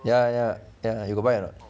ya ya ya you got buy or not